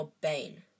Bane